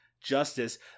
justice